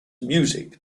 music